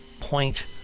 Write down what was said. point